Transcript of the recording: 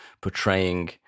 portraying